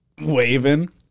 waving